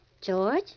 George